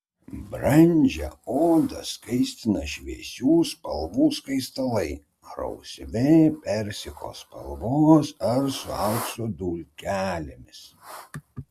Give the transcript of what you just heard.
brandžią odą skaistina šviesių spalvų skaistalai rausvi persiko spalvos ar su aukso dulkelėmis